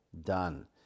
done